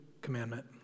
commandment